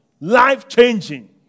Life-changing